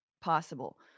possible